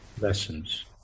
lessons